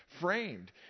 framed